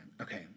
Okay